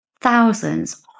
thousands